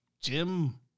Jim